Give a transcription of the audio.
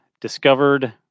discovered